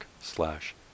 slash